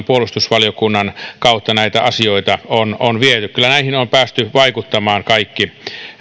puolustusvaliokunnan kautta näitä on on viety kyllä näihin ovat päässeet vaikuttamaan kaikki